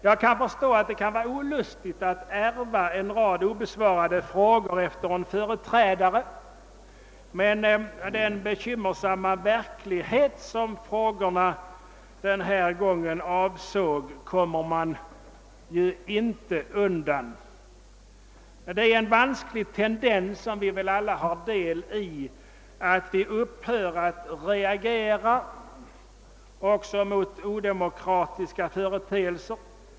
Jag förstår att det kan vara olustigt att ärva en rad obesvarade frågor efter en företrädare, men den bekymmersamma verklighet som frågorna i detta fallet avser kommer man inte undan. Det är en vansklig tendens, som vi väl alla märker, att vi upphör att reagera också mot odemokratiska företeelser.